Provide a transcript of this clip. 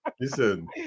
listen